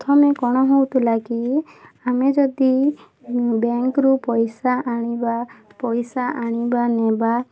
ପ୍ରଥମେ କ'ଣ ହଉଥିଲା କି ଆମେ ଯଦି ବ୍ୟାଙ୍କ୍ରୁ ପଇସା ଆଣିବା ପଇସା ଆଣିବା ନେବା